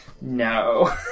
No